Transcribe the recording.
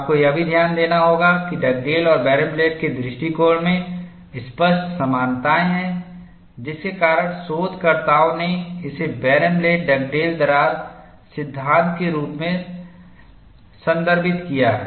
आपको यह भी ध्यान देना होगा कि डगडेल और बैरनब्लैट के दृष्टिकोण में स्पष्ट समानताएं हैं जिसके कारण शोधकर्ताओं ने इसे बर्नब्लैट डगडेल दरार सिद्धांत के रूप में संदर्भित किया है